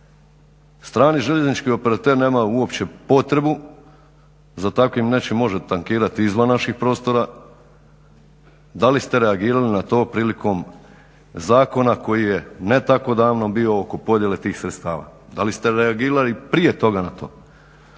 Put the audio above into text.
Strani željeznički operater nema uopće potrebu, za takvim nečim može tankirati izvan naših prostora. Da li ste reagirali na to prilikom zakona koji je ne tako davno bio oko podjele tih sredstava? Da li ste reagirali prije toga na to?